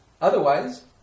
Otherwise